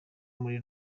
muri